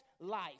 life